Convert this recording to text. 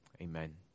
Amen